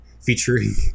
Featuring